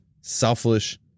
selfish